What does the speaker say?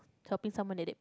helping someone needed